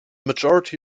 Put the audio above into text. majority